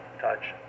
Touch